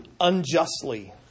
unjustly